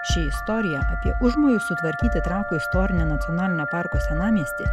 ši istorija apie užmojus sutvarkyti trakų istorinio nacionalinio parko senamiestį